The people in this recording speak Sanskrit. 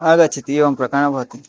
आगच्छति एवं प्रकारे भवति